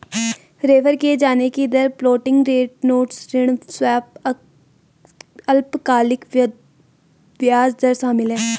refer किये जाने की दर फ्लोटिंग रेट नोट्स ऋण स्वैप अल्पकालिक ब्याज दर शामिल है